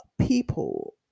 people